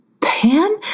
Pan